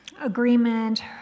agreement